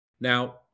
Now